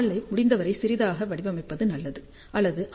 ஐ முடிந்தவரை சிறியதாக வடிவமைப்பது நல்லது அல்லது ஆர்